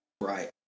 right